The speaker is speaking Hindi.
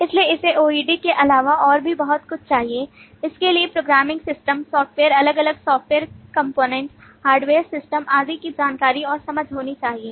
इसलिए इसे OOAD के अलावा और भी बहुत कुछ चाहिए इसके लिए प्रोग्रामिंग सिस्टम सॉफ्टवेयर अलग अलग सॉफ्टवेयर कंपोनेंट हार्डवेयर सिस्टम आदि की जानकारी और समझ होनी चाहिए